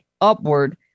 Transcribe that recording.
upward